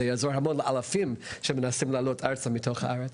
זה יעזור לאלפי אנשים שמנסים לעלות ארצה מחו"ל.